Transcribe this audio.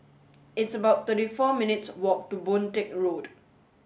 it's about thirty four minutes' walk to Boon Teck Road